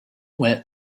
went